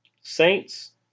Saints